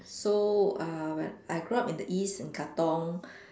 so uh I grew up in the east in Katong